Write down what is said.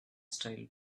style